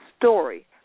story